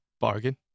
Bargain